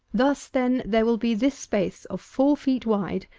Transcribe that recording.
thus, then, there will be this space of four feet wide,